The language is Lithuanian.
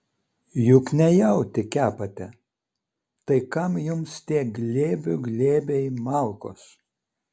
juk ne jautį kepate tai kam jums tie glėbių glėbiai malkos